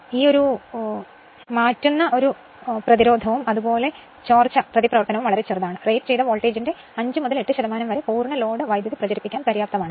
transfer പ്രതിരോധവും ചോർച്ച പ്രതിപ്രവർത്തനവും വളരെ ചെറുതാണ് റേറ്റ് ചെയ്ത വോൾട്ടേജിന്റെ 5 മുതൽ 8 ശതമാനം വരെ പൂർണ്ണ ലോഡ് വൈദ്യുതി പ്രചരിപ്പിക്കാൻ പര്യാപ്തമാണ്